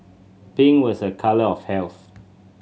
pink was a colour of health